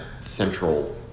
central